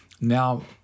now